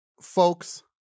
folks